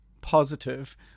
positive